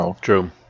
True